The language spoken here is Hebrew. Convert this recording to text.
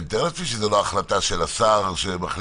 אני מתאר לעצמי שזאת לא החלטה של השר שמחליט